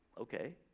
Okay